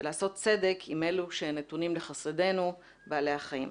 ולעשות צדק עם אלו שנתונים לחסדינו, בעלי החיים.